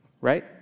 right